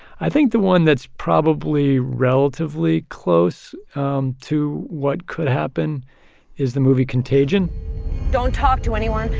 i think the one that's probably relatively close um to what could happen is the movie contagion don't talk to anyone.